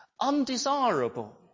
undesirable